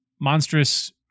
monstrous